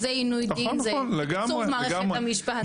אז זה עינוי דין זה קיצוץ מערכת המשפט.